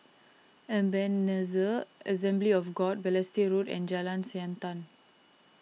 Ebenezer Assembly of God Balestier Road and Jalan Siantan